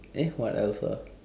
eh what else ah